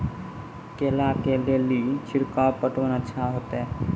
केला के ले ली छिड़काव पटवन अच्छा होते?